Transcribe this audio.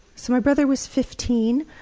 so my brother was fifteen.